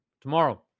tomorrow